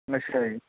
ਅੱਛਾ ਜੀ